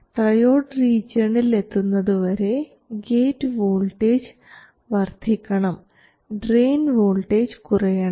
triode റീജിയണിൽ എത്തുന്നതുവരെ gate voltage വർദ്ധിക്കണം ഡ്രയിൻ വോൾട്ടേജ് കുറയണം